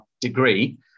degree